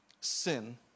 sin